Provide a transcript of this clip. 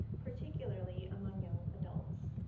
particularly among young adults.